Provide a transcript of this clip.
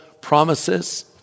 promises